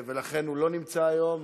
ולכן הוא לא נמצא היום.